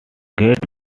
gets